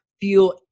feel